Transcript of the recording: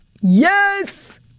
yes